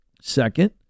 Second